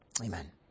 Amen